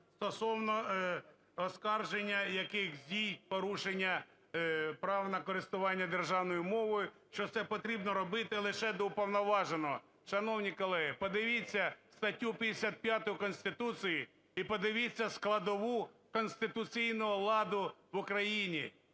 стосовно оскарження яких дій порушення прав на користування державною мовою, що це потрібно робити лише до уповноваженого. Шановні колеги, подивіться статтю 55 Конституції і подивіться складову конституційного ладу в Україні,